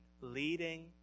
leading